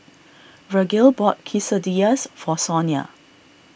Vergil bought Quesadillas for Sonia